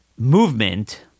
movement